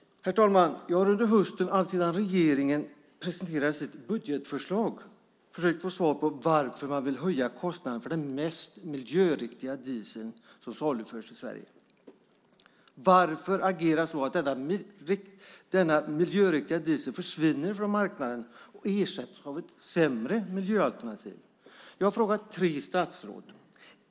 Herr talman! Jag har under hösten alltsedan regeringen presenterade sitt budgetförslag försökt att få svar på varför man vill höja kostnaden för den mest miljöriktiga dieseln som saluförs i Sverige. Varför agera så att denna miljöriktiga diesel försvinner från marknaden och ersätts av ett sämre miljöalternativ? Jag har frågat tre statsråd.